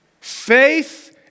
Faith